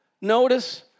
notice